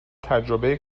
تجربه